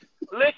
Listen